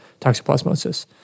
toxoplasmosis